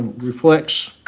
reflects